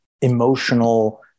emotional